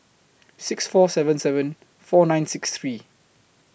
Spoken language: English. six four seven seven four nine six three